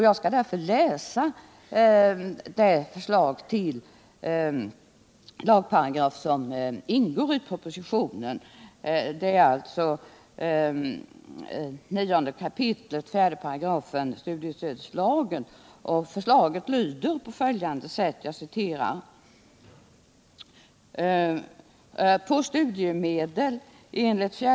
Jag skall därför läsa upp den föreslagna texten i 9 kap. 4 § studiestödslagen.